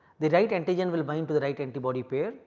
the right antigen will bind to the right antibody pair.